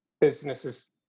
businesses